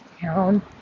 town